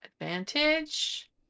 advantage